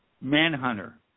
Manhunter